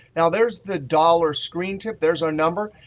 now there's the dollar screen tip, there's our number.